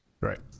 Right